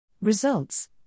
Results